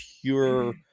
pure